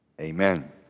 Amen